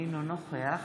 אינו נוכח